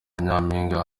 nyampinga